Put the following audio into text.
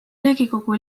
riigikogu